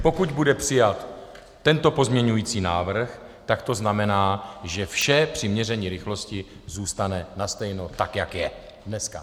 Pokud bude přijat tento pozměňovací návrh, znamená to, že vše při měření rychlosti zůstane nastejno tak, jak je dneska.